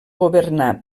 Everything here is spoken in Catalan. governar